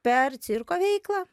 per cirko veiklą